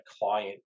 client